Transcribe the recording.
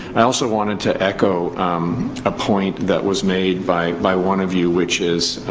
i also wanted to echo a point that was made by by one of you, which is.